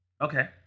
Okay